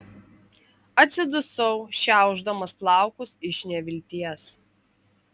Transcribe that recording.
atsidusau šiaušdamas plaukus iš nevilties